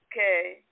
Okay